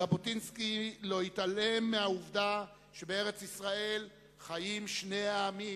ז'בוטינסקי לא התעלם מהעובדה שבארץ-ישראל חיים שני עמים.